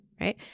right